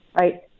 right